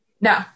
No